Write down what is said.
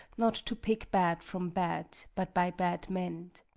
not to pick bad from bad, but by bad mend!